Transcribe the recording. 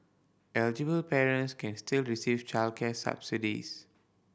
eligible parents can still receive childcare subsidies